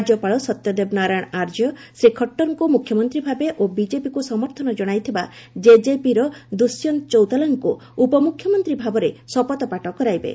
ରାଜ୍ୟପାଳ ସତ୍ୟଦେବ ନାରାୟଣ ଆର୍ଯ୍ୟ ଶ୍ରୀ ଖଟ୍ଟରଙ୍କୁ ମୁଖ୍ୟମନ୍ତ୍ରୀ ଭାବେ ଓ ବିକେପିକୁ ସମର୍ଥନ ଜଣାଇଥିବା ଜେକେପିର ଦୃଷ୍ୟନ୍ତ ଚୌତାଲାଙ୍କୁ ଉପମୁଖ୍ୟମନ୍ତ୍ରୀ ଭାବରେ ଶପଥ ପାଠ କରାଇବେ